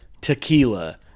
tequila